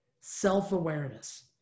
Self-awareness